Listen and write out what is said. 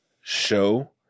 show